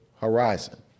horizon